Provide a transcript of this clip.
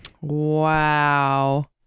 Wow